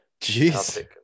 Jeez